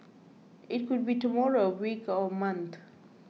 it could be tomorrow a week or a month